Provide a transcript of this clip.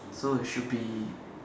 so it should be